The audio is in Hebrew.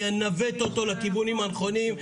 אני אנווט אותו לכיוונים הנכונים.